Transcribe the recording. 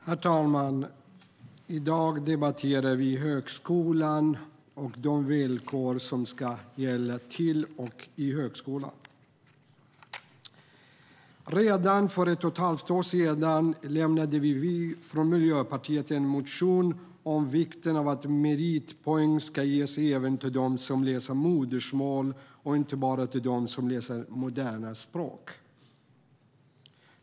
Herr talman! I dag debatterar vi högskolan och de villkor som ska gälla vid ansökan till och i högskolan. Redan för ett och ett halvt år sedan väckte vi från Miljöpartiet en motion om vikten av att meritpoäng ska ges även till dem som läser modersmål och inte bara till dem som läser moderna språk.